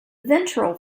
ventral